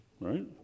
right